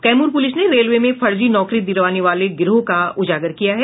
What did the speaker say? Kaimur police ने railway में फर्जी नौकरी दिलाने वाले गिरोह का उजागर किया है